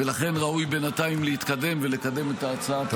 ולכן ראוי בינתיים להתקדם ולקדם את ההצעה הפרטית.